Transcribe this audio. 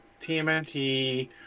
TMNT